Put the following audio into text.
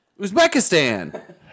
Uzbekistan